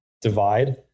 divide